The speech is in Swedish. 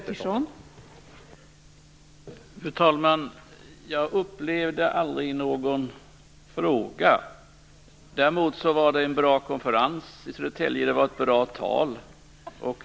Fru talman! Jag upplevde aldrig någon fråga. Däremot var det en bra konferens i Södertälje. Det var ett bra tal.